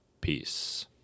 Peace